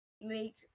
make